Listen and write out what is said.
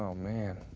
um man.